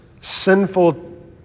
sinful